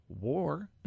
war